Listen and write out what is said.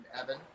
Evan